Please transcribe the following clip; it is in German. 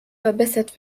verbessert